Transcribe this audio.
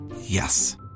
Yes